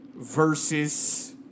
versus